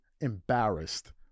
embarrassed